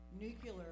nuclear